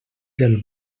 del